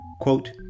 Quote